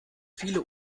viele